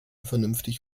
vernünftig